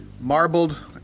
marbled